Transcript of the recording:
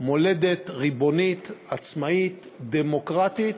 מולדת ריבונית, עצמאית, דמוקרטית,